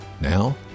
Now